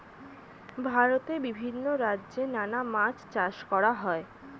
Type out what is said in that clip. ভারতে বিভিন্ন রাজ্যে নানা মাছ চাষ করা হয়